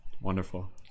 Wonderful